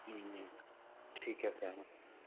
ਹੂੰ ਠੀਕ ਐ ਸਰ